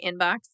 inbox